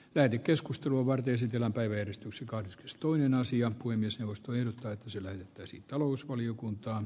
käyty keskustelu voi esitellä vedostus cards toinen asia kuin myös taustojen selvittäisi talousvaliokunta